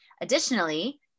Additionally